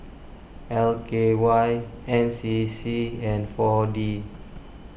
L K Y N C C and four D